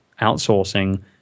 outsourcing